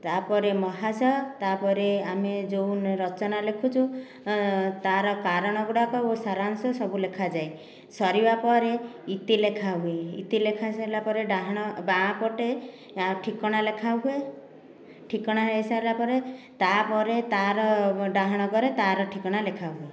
ତା'ପରେ ମହାଶୟ ତା'ପରେ ଆମେ ଯେଉଁ ରଚନା ଲେଖୁଛୁ ତା'ର କାରଣ ଗୁଡ଼ାକ ଓ ସାରାଂଶ ସବୁ ଲେଖାଯାଏ ସରିବାପରେ ଇତି ଲେଖାହୁଏ ଇତି ଲେଖାସରିଲା ପରେ ଡାହାଣ ବାମ ପଟେ ଠିକଣା ଲେଖାହୁଏ ଠିକଣା ଦେଇସାରିଲାପରେ ତା'ପରେ ତା'ର ଡାହାଣକରେ ତା'ର ଠିକଣା ଲେଖାହୁଏ